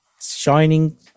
shining